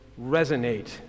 resonate